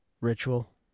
Ritual